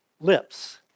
Lips